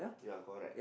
ya correct